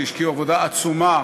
שהשקיעו עבודה עצומה,